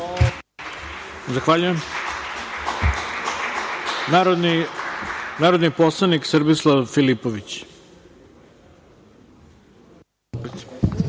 Zahvaljujem. Reč ima narodni poslanik Srbislav Filipović.